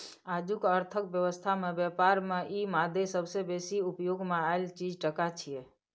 आजुक अर्थक व्यवस्था में ब्यापार में ई मादे सबसे बेसी उपयोग मे आएल चीज टका छिये